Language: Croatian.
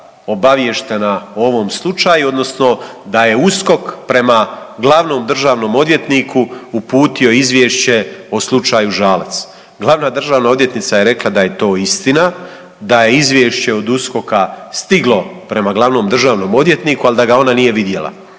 obavještena o ovom slučaju, odnosno da je USKOK prema Glavnom državnom odvjetniku uputio Izvješće o slučaju Žalac. Glavna državna odvjetnica je rekla da je to istina, da je Izvješće od USKOK-a stiglo prema Glavnom državnom odvjetniku, ali da ga ona nije vidjela.